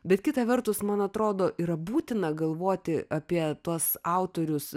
bet kita vertus man atrodo yra būtina galvoti apie tuos autorius